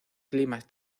climas